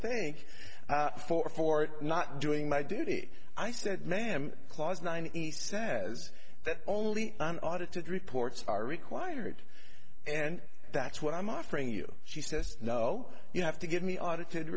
think for for not doing my duty i said ma'am clause nine east said that only an audited reports are required and that's what i'm offering you she says no you have to give me audited